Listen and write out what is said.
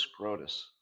Scrotus